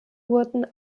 wurden